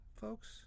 folks